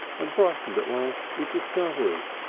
and brightened at last with discovery.